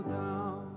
down